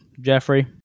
jeffrey